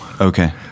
Okay